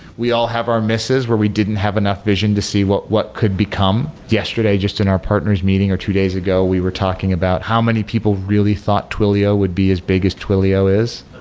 we all have our misses where we didn't have enough vision to see what what could become. yesterday, just in our partners meeting, or two days ago, we were talking about how many people really thought twilio would be as big as twilio is.